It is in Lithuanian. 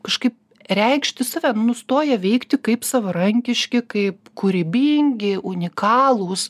kažkaip reikšti save nustoja veikti kaip savarankiški kaip kūrybingi unikalūs